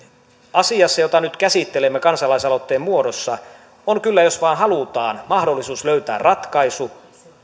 asiassa jota nyt käsittelemme kansalaisaloitteen muodossa on kyllä jos vain halutaan mahdollisuus löytää ratkaisu